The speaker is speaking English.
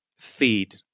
feed